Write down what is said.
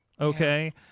Okay